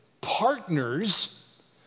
partners